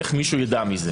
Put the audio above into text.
איך מישהו ידע על כך?